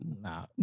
Nah